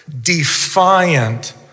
defiant